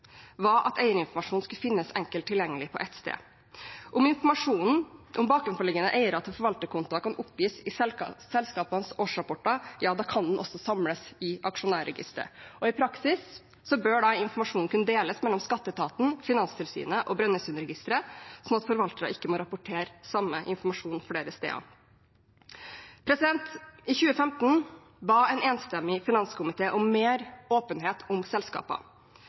at eierinformasjon skulle finnes enkelt tilgjengelig på ett sted. Om informasjonen om bakenforliggende eiere til forvalterkontoer kan oppgis i selskapenes årsrapporter, kan den også samles i aksjonærregisteret. I praksis bør da informasjonen kunne deles mellom Skatteetaten, Finanstilsynet og Brønnøysundregisteret, slik at forvaltere ikke må rapportere samme informasjon flere steder. I 2015 ba en enstemmig finanskomite om mer åpenhet om selskaper.